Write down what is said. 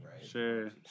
Sure